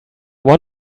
want